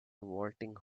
vaulting